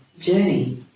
journey